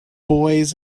boys